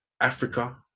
Africa